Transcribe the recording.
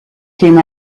came